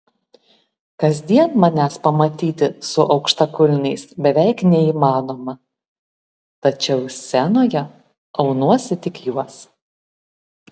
kasdien manęs pamatyti su aukštakulniais beveik neįmanoma tačiau scenoje aunuosi tik juos